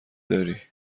داری